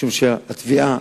משום שהתביעה,